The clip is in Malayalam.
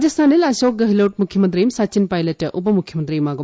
രാജസ്ഥാനിൽ അശോക് ഗെഹ്ലോട് മുഖ്യമന്ത്രിയും സച്ചിൻ പൈലറ്റ് ഉപമുഖ്യമന്ത്രിയുമാകും